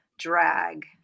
Drag